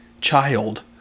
child